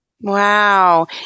Wow